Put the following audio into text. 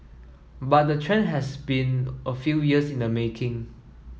but the trend has been a few years in the making